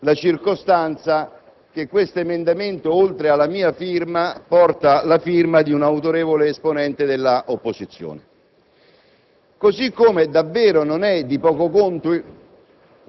la circostanza che questo emendamento, oltre alla mia firma, porti la firma di un autorevole esponente della maggioranza. Così come davvero non è di poco conto